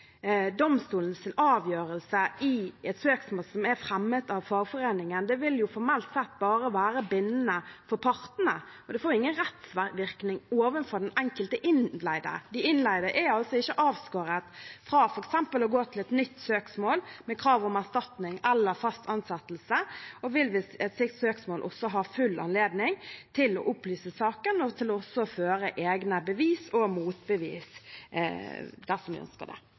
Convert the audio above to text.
får ingen rettsvirkning overfor den enkelte innleide. De innleide er altså ikke avskåret fra f.eks. å gå til et nytt søksmål med krav om erstatning eller fast ansettelse, og vil ved et slikt søksmål også ha full anledning til å opplyse saken og også til å føre egne bevis og motbevis dersom de ønsker det.